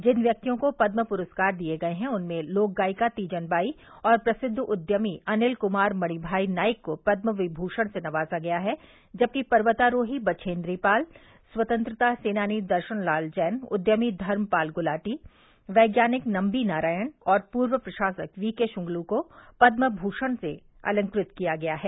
जिन व्यक्तियों को पदम पुरस्कार दिये गये हैं उनमें लोक गायिका तीजन बाई और प्रसिद्व उद्यमी अनिल कुमार मणिमाई नाइक को पदम विभूषण से नवाजा गया है जबकि पर्वतारोही बष्ठेन्द्री पाल स्वतंत्रता सेनानी दर्शन लाल जैन उद्यमी धर्मपाल गुलाटी वैज्ञानिक नंबी नारायण और पूर्व प्रशासक वीके शुंगलू को पदम भूषण से अलंकृत किया गया है